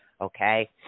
okay